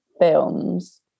films